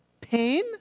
pain